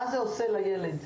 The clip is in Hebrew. מה זה עושה לילד,